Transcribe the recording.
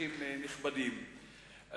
אורחים נכבדים,